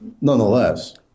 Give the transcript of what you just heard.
nonetheless